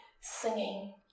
singing